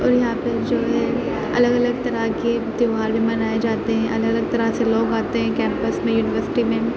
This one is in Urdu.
اور یہاں پہ جو ہے الگ الگ طرح کے تیوہار بھی منائے جاتے ہیں الگ الگ طرح سے لوگ آتے ہیں کیمپس میں یونیورسٹی میں